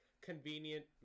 convenient